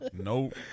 Nope